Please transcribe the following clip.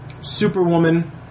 Superwoman